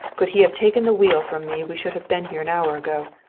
could he have taken the wheel from me we should have been here an hour ago.